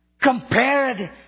Compared